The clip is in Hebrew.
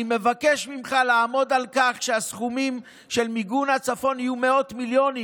אני מבקש ממך לעמוד על כך שהסכומים של מיגון הצפון יהיו מאות מיליונים,